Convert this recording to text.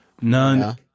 none